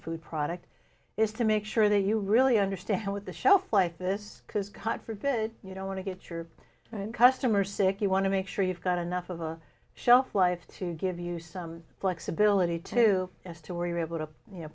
food product is to make sure that you really understand what the shelf life this has caught forbid you don't want to get your customers sick you want to make sure you've got enough of a shelf life to give you some flexibility to as to where you're able to